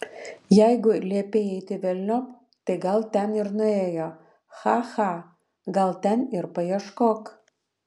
jeigu liepei eiti velniop tai gal ten ir nuėjo cha cha gal ten ir paieškok